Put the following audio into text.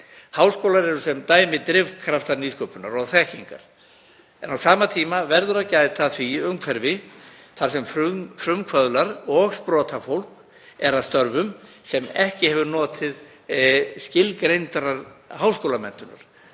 Háskólar eru sem dæmi drifkraftar nýsköpunar og þekkingar en á sama tíma verður að gæta að umhverfi þar sem frumkvöðlar og sprotafólk er að störfum sem ekki hefur notið skilgreindrar háskólamenntunar